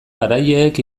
garaileek